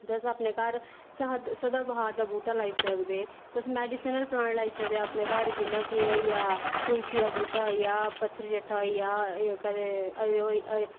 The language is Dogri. तुस अपने घर सहदा सदाबहार दा बूह्टा लाई सकदे तुस मेडिसीनल प्लांट लाई सकदे अपने घर जियां कि एह् होई गेआ तुलसी दा बूह्टा होई गेआ पत्थरजट्टा होई गेआ